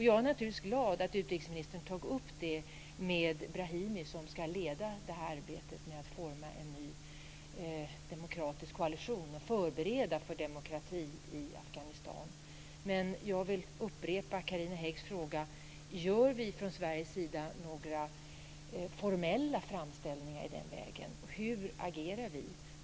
Jag är naturligtvis glad över att utrikesministern har tagit upp detta med Brahimi, som ska leda arbetet med att forma en ny demokratisk koalition och förbereda för demokrati i Afghanistan, men jag vill upprepa Carina Häggs fråga: Gör vi från Sveriges sida några formella framställningar i den vägen, och hur agerar vi?